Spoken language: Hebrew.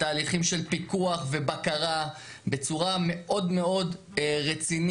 תהליכים של פיקוח ובקרה בצורה מאוד רצינית,